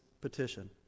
petition